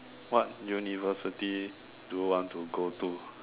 what university do you want to go to